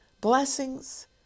blessings